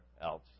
else